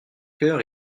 cœur